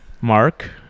Mark